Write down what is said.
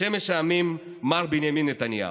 שמש העמים, מר בנימין נתניהו.